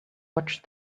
watched